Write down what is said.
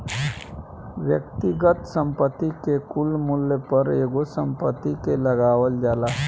व्यक्तिगत संपत्ति के कुल मूल्य पर एगो संपत्ति के लगावल जाला